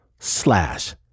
slash